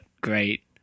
great